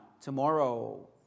tomorrow